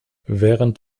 während